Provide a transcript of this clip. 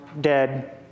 dead